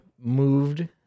moved